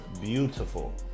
beautiful